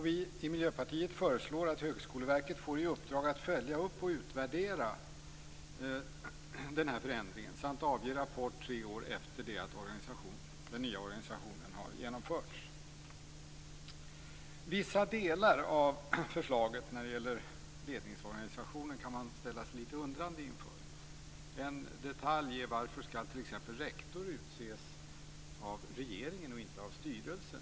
Vi i Miljöpartiet föreslår att Högskoleverket får i uppdrag att följa upp och utvärdera den här förändringen samt avge rapport tre år efter det att den nya organisationen har genomförts. Man kan ställa sig litet undrande inför vissa delar av förslaget när det gäller ledningsorganisationen. En detalj är t.ex. varför rektor skall utses av regeringen och inte av styrelsen.